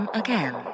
again